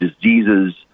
diseases